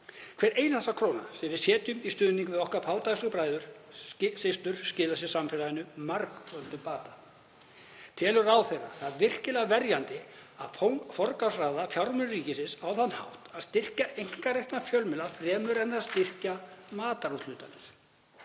Hver einasta króna sem við setjum í stuðning við okkar fátækustu bræður og systur skilar samfélaginu margföldun ábata. Telur ráðherra það virkilega verjandi að forgangsraða fjármunum ríkisins á þann hátt að styrkja einkarekna fjölmiðla fremur en að styrkja matarúthlutanir?